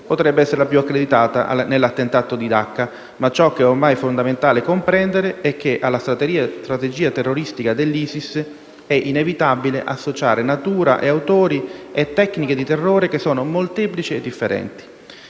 potrebbe essere la più accreditata nell'attentato di Dacca, ma ciò che è ormai fondamentale comprendere è che alla strategia terrorista dell'ISIS è inevitabile associare natura, autori e tecniche di terrore molteplici e differenti.